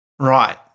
Right